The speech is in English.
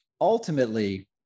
ultimately